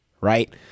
right